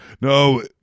No